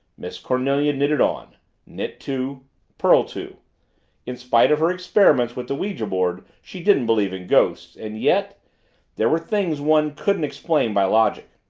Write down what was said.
miss cornelia knitted on knit two purl two in spite of her experiments with the ouija-board she didn't believe in ghosts and yet there were things one couldn't explain by logic.